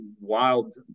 wild